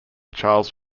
charles